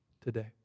today